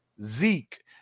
Zeke